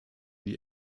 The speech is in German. die